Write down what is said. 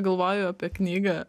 galvoju apie knygą